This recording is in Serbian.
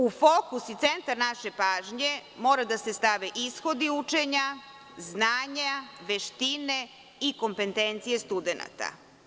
U fokus i centar naše pažnje moraju da se stave ishodi učenja, znanje, veštine i kompetencije studenata.